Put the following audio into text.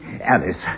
Alice